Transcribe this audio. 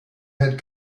had